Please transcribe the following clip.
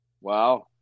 Wow